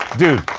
dude,